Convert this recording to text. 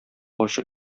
ачык